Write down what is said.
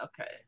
Okay